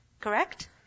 Correct